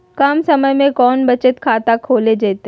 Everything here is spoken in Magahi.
कम समय में कौन बचत खाता खोले जयते?